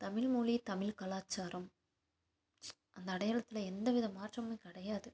தமிழ்மொழி தமிழ் கலாச்சாரம் அந்த அடையாளத்தில் எந்த வித மாற்றமும் கிடையாது